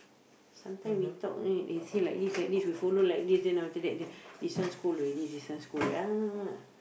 sometimes we talk eh you see like this like this we follow like this then after that this one scold already this one scold